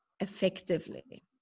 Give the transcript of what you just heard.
effectively